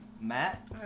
Matt